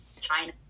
China